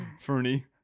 Fernie